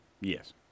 Yes